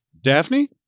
Daphne